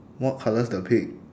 what colour is the pig